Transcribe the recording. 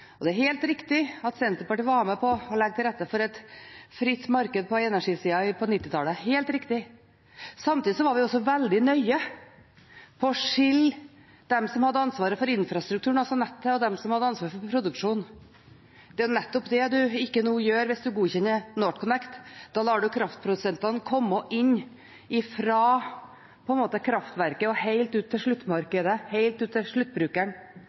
Og det er helt riktig at Senterpartiet var med på å legge til rette for et fritt marked på energisida på 1990-tallet. Det er helt riktig. Samtidig var vi veldig nøye på å skille dem som hadde ansvaret for infrastrukturen, altså nettet, og dem som hadde ansvaret for produksjonen. Det er nettopp det man ikke gjør hvis man nå godkjenner NorthConnect. Da lar man kraftprodusentene komme inn fra kraftverket og helt ut til sluttmarkedet, helt ut til